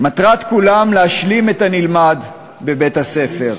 מטרת כולם להשלים את הנלמד בבית-הספר,